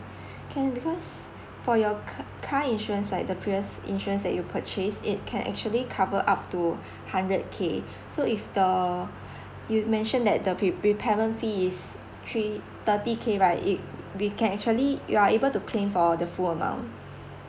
can because for your car car car insurance right the previous insurance that you purchase it can actually cover up to hundred K so if the you mentioned that the repair repairment fee is three thirty K right it we can actually you are able to claim for the full amount